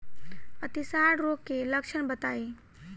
अतिसार रोग के लक्षण बताई?